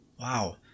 Wow